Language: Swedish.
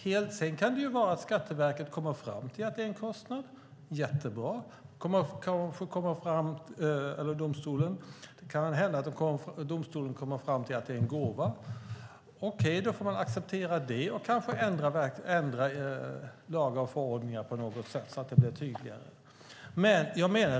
Domstolen kanske kommer fram till att det är en kostnad, och det är i så fall jättebra. Den kanske kommer fram till att det är en gåva, och då får man acceptera det och kanske ändra lagar och förordningar på något sätt så att det blir tydligare.